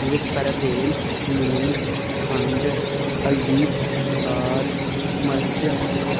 ओह्दे च पैह्लें तेल लून खंड हल्दी बसार मर्च